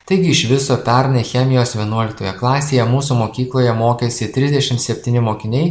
taigi iš viso pernai chemijos vienuoliktoje klasėje mūsų mokykloje mokėsi trisdešimt septyni mokiniai